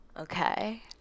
okay